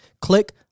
Click